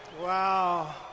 Wow